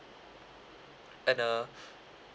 and uh